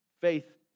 faith